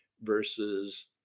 versus